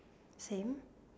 same